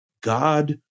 God